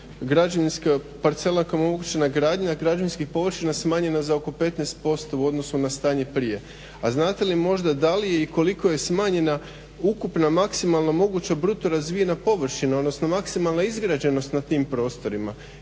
građevinskih parcela … gradnja građevinskih površina smanjena za oko 15% u odnosu na stanje prije. A znate li možda da li je ikoliko je smanjena ukupna maksimalna moguća bruto razvijena površina odnosno maksimalna izgrađenost na tim prostorima